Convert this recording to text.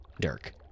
Dirk